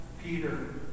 Peter